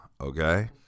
Okay